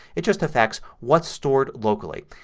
it just effects what's stored locally.